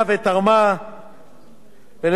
לסגן-אלוף, עורך-הדין